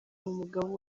umugabo